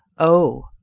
oh!